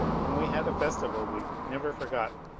and we had a festival week never forgotten.